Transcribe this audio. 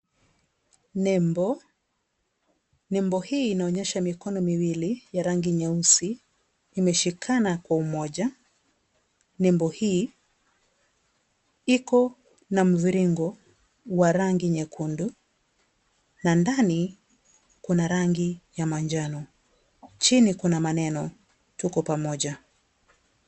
Nembo, nembo hii inaonyesha mikono miwili ya rangi nyeusi, imeshikana kwa umoja, nembo hii iko na mviringo wa rangi nyekundu na ndani kuna rangi ya manjano chini kuna maneno ' Tuko pamoja '.